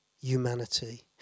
humanity